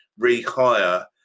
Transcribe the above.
rehire